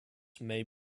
may